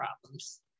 problems